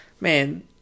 Man